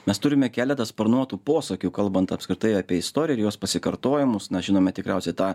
mes turime keletą sparnuotų posakių kalbant apskritai apie istoririjos pasikartojimus na žinome tikriausiai tą